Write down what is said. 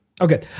okay